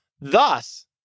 Thus